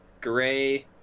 Gray